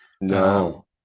No